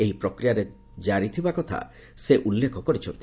ଏହି ପ୍ରକ୍ରିୟାରେ କାରିଥିବା କଥା ସେ ଉଲ୍ଲେଖ କରିଛନ୍ତି